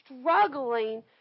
struggling